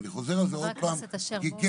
ואני חוזר על זה עוד פעם -- חבר הכנסת אשר בוא -- לא,